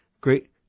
great